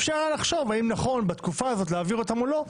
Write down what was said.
אפשר היה לחשוב האם נכון בתקופה הזאת להעביר אותם או לא,